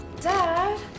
Dad